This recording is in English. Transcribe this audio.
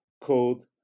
called